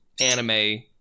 anime